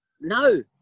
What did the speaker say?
No